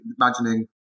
imagining